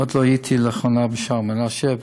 עוד לא הייתי לאחרונה בשער מנשה,